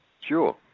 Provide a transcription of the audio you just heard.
Sure